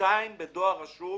שתי דרישות בדואר רשום